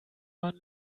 man